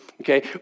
okay